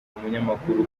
umunyamakuru